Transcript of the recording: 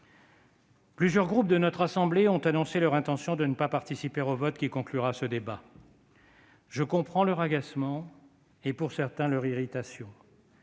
Plusieurs groupes de notre assemblée ont annoncé leur intention de ne pas participer au vote qui conclura ce débat. Je comprends leur agacement et, pour certains, leur irritation.